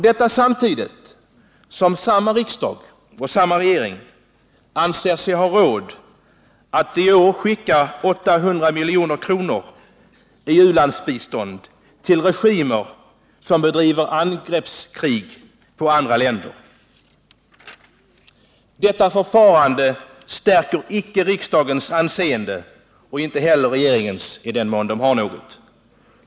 Detta sker samtidigt som samma riksdag och samma regering anser sig ha råd att i år anslå 800 milj.kr. i utlandsbistånd till regimer som bedriver angreppskrig i andra länder. Detta förfarande stärker icke riksdagens anseende och inte heller regeringens — i den mån den har något.